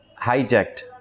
hijacked